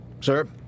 sir